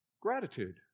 Gratitude